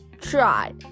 try